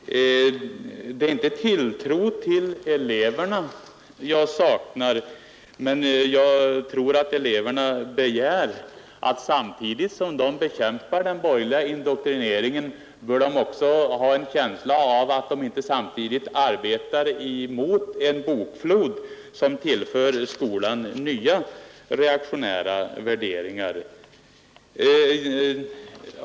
Herr talman! Det är inte tilltro till eleverna jag saknar, men jag tror att eleverna begär att då de bekämpar den borgerliga indoktrineringen . bör de inte samtidigt få en känsla av att de arbetar mot en bokflod som tillför skolan nya reaktionära värderingar.